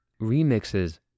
remixes